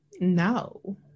No